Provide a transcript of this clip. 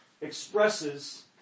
expresses